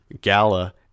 gala